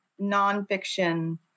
nonfiction